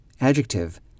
adjective